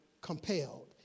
compelled